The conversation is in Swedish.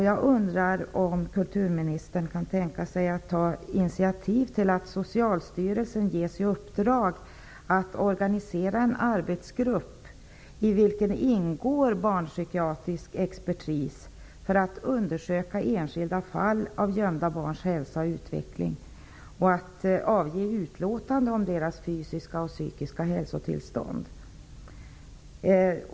Jag undrar om kulturministern kan tänka sig att ta initiativ till att Socialstyrelsen ges i uppdrag att organisera en arbetsgrupp i vilken det skall ingå barnpsykiatrisk expertis. Denna grupp skall undersöka enskilda gömda barns hälsa och utveckling och avge utlåtande om deras fysiska och psykiska hälsotillstånd.